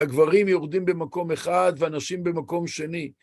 הגברים יורדים במקום אחד והנשים במקום שני.